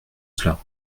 cela